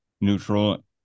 neutral